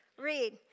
Read